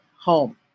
home